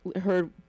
heard